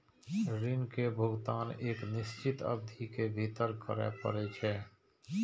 ऋण के भुगतान एक निश्चित अवधि के भीतर करय पड़ै छै